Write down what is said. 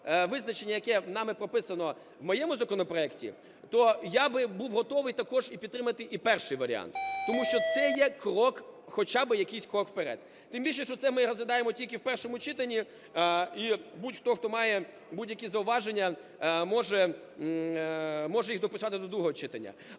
яке нами прописано в моєму законопроекті, то я би був готовий також і підтримати і перший варіант, тому що це є крок, хоча би якийсь крок вперед. Тим більше, що це ми розглядаємо тільки в першому читанні і будь-хто, хто має будь-які зауваження, може їх дописати до другого читання.